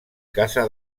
casa